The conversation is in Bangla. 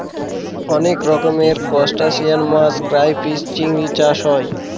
অনেক রকমের ত্রুসটাসিয়ান মাছ ক্রাইফিষ, চিংড়ি চাষ হয়